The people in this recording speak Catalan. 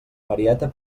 marieta